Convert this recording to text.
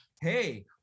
hey